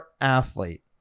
athlete